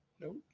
Nope